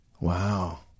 Wow